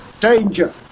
danger